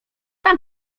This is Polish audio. tam